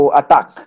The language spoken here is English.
attack